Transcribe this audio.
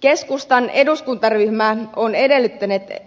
keskustan eduskuntaryhmä on